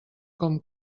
com